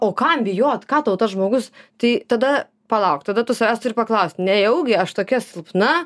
o kam bijot ką tau tas žmogus tai tada palauk tada tu savęs paklaust nejaugi aš tokia silpna